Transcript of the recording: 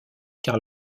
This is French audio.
car